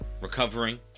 recovering